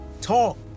Talk